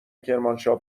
کرمانشاه